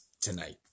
tonight